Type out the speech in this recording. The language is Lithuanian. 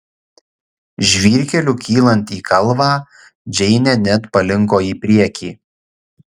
žvyrkeliu kylant į kalvą džeinė net palinko į priekį